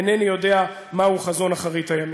אינני יודע מהו חזון אחרית הימים.